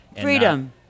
Freedom